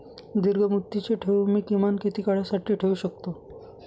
दीर्घमुदतीचे ठेव मी किमान किती काळासाठी ठेवू शकतो?